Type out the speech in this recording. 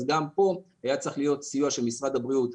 גם פה היה צריך להיות סיוע של משרד הבריאות.